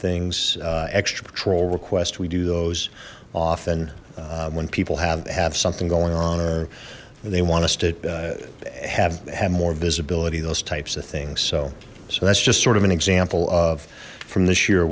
things extra patrol requests we do those often when people have have something going on or they want us to have have more visibility those types of things so so that's just sort of an example of from this year